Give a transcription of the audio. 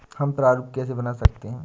हम प्रारूप कैसे बना सकते हैं?